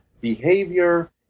behavior